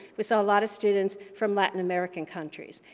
we saw a lot of students from latin american countries.